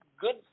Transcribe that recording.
good